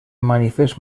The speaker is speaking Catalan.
manifest